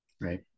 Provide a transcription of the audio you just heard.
Right